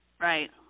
Right